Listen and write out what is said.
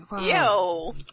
Yo